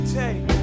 take